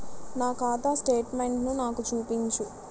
నా ఖాతా స్టేట్మెంట్ను నాకు చూపించు